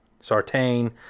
Sartain